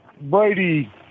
Brady